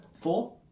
Four